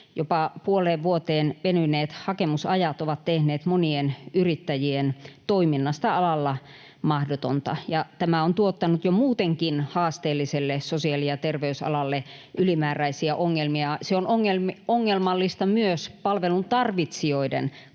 Jopa puoleen vuoteen venyneet hakemusajat ovat tehneet monien yrittäjien toiminnasta alalla mahdotonta, ja tämä on tuottanut jo muutenkin haasteelliselle sosiaali- ja terveysalalle ylimääräisiä ongelmia. Se on ongelmallista myös palvelun tarvitsijoiden